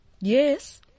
yes